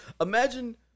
imagine